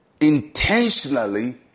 intentionally